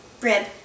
rib